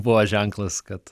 buvo ženklas kad